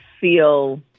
feel